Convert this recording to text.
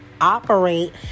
operate